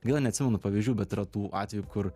gaila neatsimenu pavyzdžių bet yra tų atvejų kur